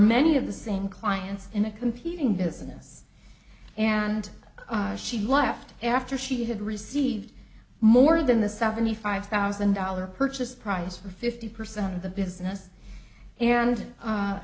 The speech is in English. many of the same clients in a competing business and she left after she had received more than the seventy five thousand dollars purchase price for fifty percent of the business and